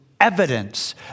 evidence